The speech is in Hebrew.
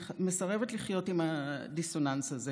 מסרבת לחיות עם הדיסוננס הזה,